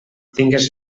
tingues